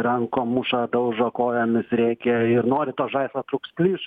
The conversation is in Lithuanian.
rankom muša daužo kojomis rėkia ir nori to žaislo trūks plyš